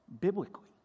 biblically